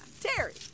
Terry